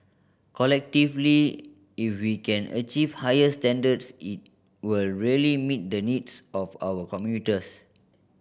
collectively if we can achieve higher standards it will really meet the needs of our commuters